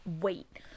wait